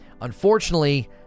Unfortunately